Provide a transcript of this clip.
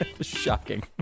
Shocking